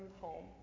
home